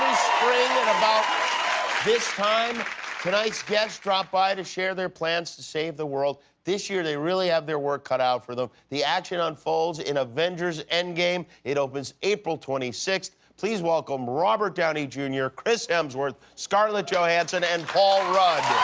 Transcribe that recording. spring at about this time tonight's guests drop by to share their plans to save the world. this year they really have their work cut out for them. the action unfolds in avengers, end game. it opens april twenty six. please welcome robert downey jr, chris hemsworth, scarlett johansson, and paul rudd!